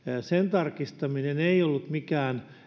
tarkistaminen ei ollut mikään